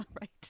right